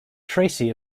tracy